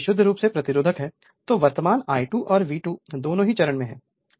यदि यह विशुद्ध रूप से प्रतिरोधक है तो वर्तमान I2 और V2 दोनों चरण में हैं